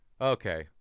Okay